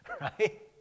right